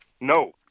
No